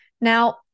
Now